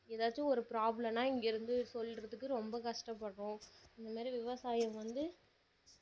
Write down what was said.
ஏதாச்சும் ஒரு ப்ராப்ளம்னா இங்கிருந்து சொல்லுறதுக்கு ரொம்ப கஷ்டப்படறோம் இந்தமாரி விவசாயம் வந்து